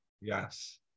Yes